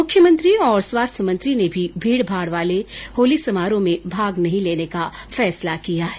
मुख्यमंत्री और स्वास्थ्य मंत्री ने भी भीड़ भाड़ वाले होली समारोह में भाग नहीं लेने का फैसला किया है